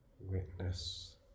witness